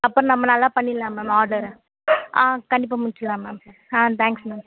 அப்போ நம்ம நல்லா பண்ணிடலாம் மேம் ஆடரை ஆ கண்டிப்பாக முடிச்சிடலாம் மேம் ஆ தேங்க்ஸ் மேம்